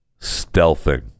stealthing